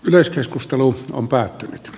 yleiskeskustelu on päättynyt